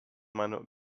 meiner